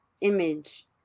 image